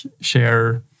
share